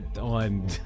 On